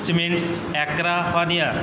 Chemnitz ਐਕਰਾ ਫਨੀਅਰ